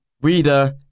Reader